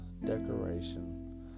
decoration